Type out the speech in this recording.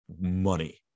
money